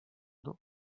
dół